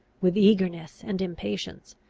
with eagerness and impatience.